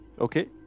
Okay